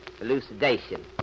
elucidation